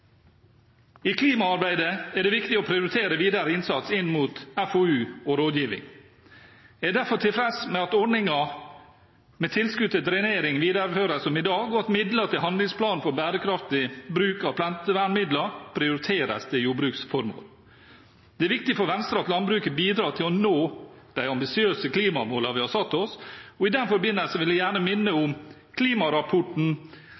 I klimaarbeidet er det viktig å prioritere videre innsats inn mot FoU og rådgivning. Jeg er derfor tilfreds med at ordningen med tilskudd til drenering videreføres som i dag, og at midler til handlingsplan for bærekraftig bruk av plantevernmidler prioriteres til jordbruksformål. Det er viktig for Venstre at landbruket bidrar til å nå de ambisiøse klimamålene vi har satt oss, og i den forbindelse vil jeg gjerne minne